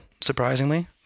surprisingly